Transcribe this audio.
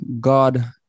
God